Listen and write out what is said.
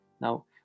Now